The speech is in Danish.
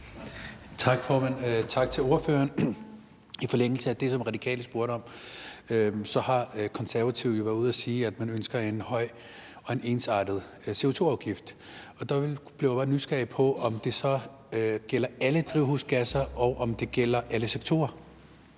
Tak, formand, og tak til ordføreren. I forlængelse af det, som Radikale spurgte om, har Konservative jo været ude at sige, at man ønsker en høj og ensartet CO2-afgift. Der blev jeg bare nysgerrig på, om det så gælder alle drivhusgasser, og om det gælder alle sektorer.